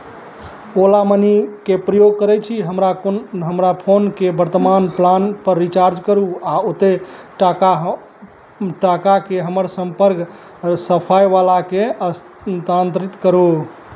ओला मनीके प्रयोग करै छी हमरा कोन हमरा फोनके वर्तमान प्लानपर रिचार्ज करू आओर ओतेक टाका टाकाके हमर सम्पर्क सफाइवलाके हस्तान्तरित करू